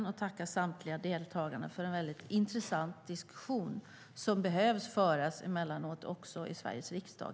Jag vill tacka samtliga deltagare för en mycket intressant diskussion som emellanåt behöver föras också i Sveriges riksdag.